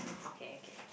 okay okay